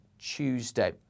Tuesday